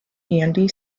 andy